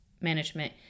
management